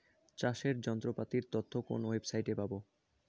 চাষের যন্ত্রপাতির তথ্য কোন ওয়েবসাইট সাইটে পাব?